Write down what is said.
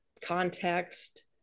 context